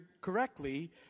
correctly